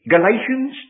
Galatians